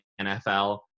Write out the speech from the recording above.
NFL